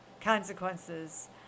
consequences